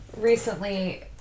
recently